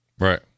Right